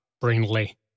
Brindley